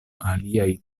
aliaj